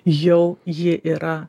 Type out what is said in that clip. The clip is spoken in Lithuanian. jau ji yra